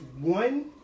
one